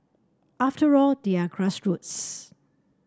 after all they are grassroots